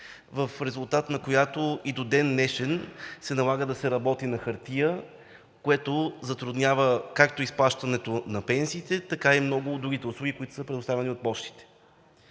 в резултат на която и до ден днешен се налага да се работи на хартия, което затруднява както изплащането на пенсиите, така и много от другите услуги, които са предоставени от пощите.